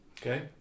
Okay